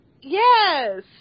Yes